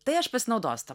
tai aš pasinaudosiu ta